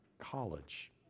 college